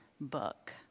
book